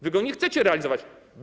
Wy go nie chcecie realizować.